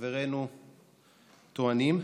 חברינו טוענים,